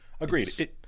Agreed